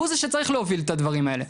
הוא זה שצריך להוביל את הדברים האלה,